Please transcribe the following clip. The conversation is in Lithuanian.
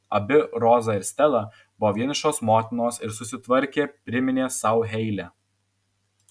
abi roza ir stela buvo vienišos motinos ir susitvarkė priminė sau heile